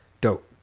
dope